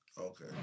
Okay